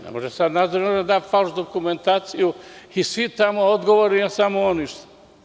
Ne može nadzorni organ da da falš dokumentaciju i svi tamo odgovorni, a on ništa.